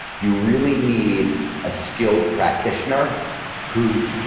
you really need a skilled practitioner who,